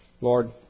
Lord